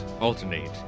alternate